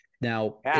Now